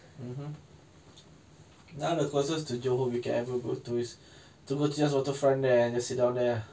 mmhmm now the closest to johor we can ever go to is the woodlands waterfront there and just sit down there ah